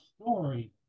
story